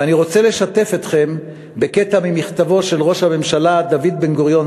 ואני רוצה לשתף אתכם בקטע ממכתבו של ראש הממשלה דוד בן-גוריון,